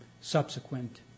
subsequent